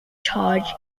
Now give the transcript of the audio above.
charge